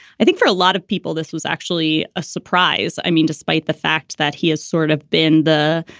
i think for a lot of people, this was actually a surprise. i mean, despite the fact that he has sort of been the,